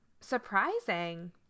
surprising